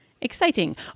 Exciting